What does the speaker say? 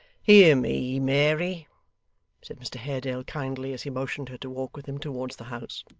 hear me, mary said mr haredale kindly, as he motioned her to walk with him towards the house.